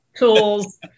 tools